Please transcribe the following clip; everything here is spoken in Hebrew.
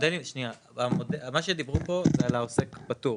מה שדיברו פה זה על עוסק פטור.